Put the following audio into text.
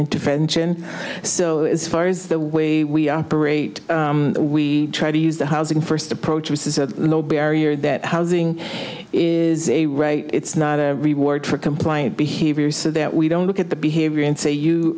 intervention so far as the way we operate we try to use the housing first approach which is a low barrier that housing is a right it's not a reward for compliant behavior so that we don't look at the behavior and say you